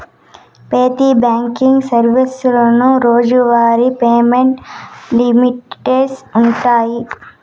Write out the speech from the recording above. పెతి బ్యాంకింగ్ సర్వీసులోనూ రోజువారీ పేమెంట్ లిమిట్స్ వుండాయి